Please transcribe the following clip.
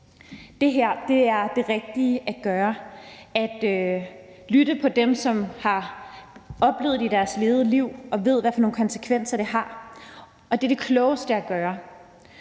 Det her er det rigtige at gøre: at lytte til dem, som har oplevet det i deres levede liv, og som ved, hvad for nogle konsekvenser det har. Og det er det klogeste at gøre.